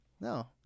No